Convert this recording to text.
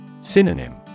Synonym